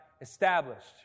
established